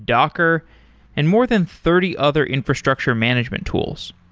docker and more than thirty other infrastructure management tools.